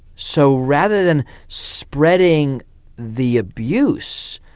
so rather than spreading the abuse,